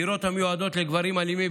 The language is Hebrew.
דירות המיועדות לגברים אלימים,